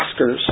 Oscars